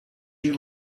you